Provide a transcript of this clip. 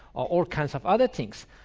all kinds of other things.